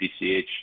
PCH